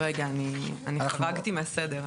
רגע, אני חרגתי מהסדר.